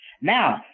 Now